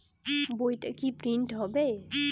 বইটা কি প্রিন্ট হবে?